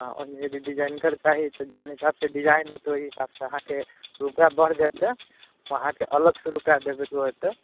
हँ ओहिमे अगर डिजाइनगर चाही तऽ जाहि हिसाबसँ डिजाइन हेतै ओहि हिसाबसँ रुपैआ बढ़ि जेतै अहाँके अलगसँ रुपैआ देबैके हेतै